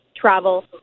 travel